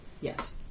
Yes